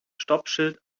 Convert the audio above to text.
stoppschild